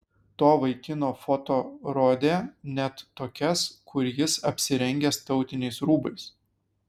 to vaikino foto rodė net tokias kur jis apsirengęs tautiniais rūbais